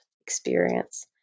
experience